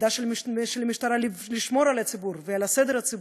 תפקידה של המשטרה הוא לשמור על הציבור ועל הסדר הציבורי,